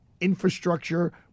infrastructure